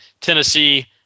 Tennessee